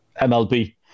MLB